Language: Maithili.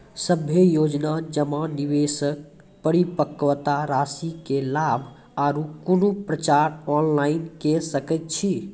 सभे योजना जमा, निवेश, परिपक्वता रासि के लाभ आर कुनू पत्राचार ऑनलाइन के सकैत छी?